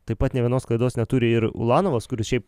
taip pat nė vienos klaidos neturi ir ulanovas kuris šiaip